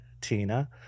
Tina